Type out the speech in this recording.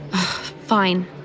Fine